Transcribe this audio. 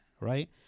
right